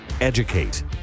Educate